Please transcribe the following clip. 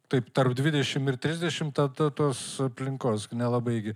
taip tarp dvidešim ir trisdešim ta ta tos aplinkos nelabai gi